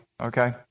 okay